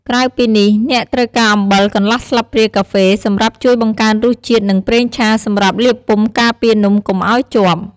ក្រៅពីនេះ អ្នកត្រូវការ អំបិល កន្លះស្លាបព្រាកាហ្វេ សម្រាប់ជួយបង្កើនរសជាតិ និង ប្រេងឆា សម្រាប់លាបពុម្ពការពារនំកុំឱ្យជាប់។